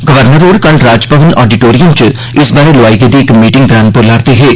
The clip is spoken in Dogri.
गवर्नर होर कल राजभवन आडिटोरियम च इस बारै लोआए गेदी इक मीटिंग दौरान बोला'रदे हे